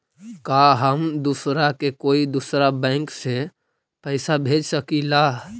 का हम दूसरा के कोई दुसरा बैंक से पैसा भेज सकिला?